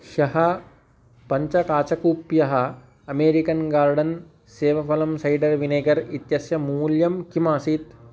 ह्यः पञ्चकाचकूप्यः American garden सेवफलं सैडर् विनेगर् इत्यस्य मूल्यं किम् आसीत्